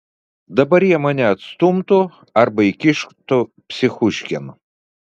dabar jie mane atstumtų arba įkištų psichuškėn